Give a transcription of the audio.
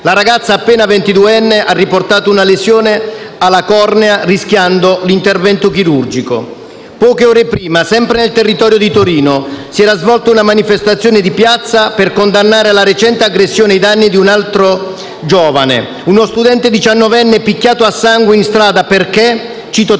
La ragazza, appena ventiduenne, ha riportato una lesione alla cornea, rischiando l'intervento chirurgico. Poche ore prima, sempre nel territorio di Torino, si era svolta una manifestazione di piazza per condannare la recente aggressione ai danni di un altro giovane: uno studente diciannovenne picchiato a sangue in strada perché - cito